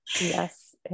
yes